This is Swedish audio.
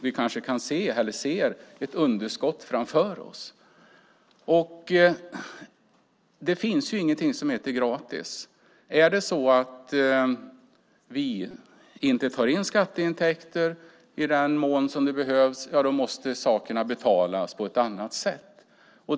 Vi ser ett underskott framför oss. Det finns inget som heter gratis. Tar vi inte in skatteintäkter i den mån som behövs måste sakerna betalas på ett annat sätt.